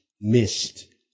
missed